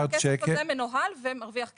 הכסף הזה מנוהל ומרוויח כסף.